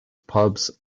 pubs